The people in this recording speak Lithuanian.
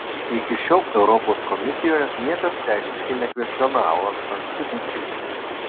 iki šiol europos komisijoje niekas teisiškai nekvestionavo konstitucijos